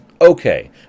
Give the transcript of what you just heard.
Okay